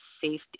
safety –